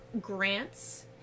grants